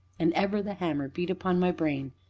and ever the hammer beat upon my brain,